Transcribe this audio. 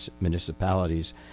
municipalities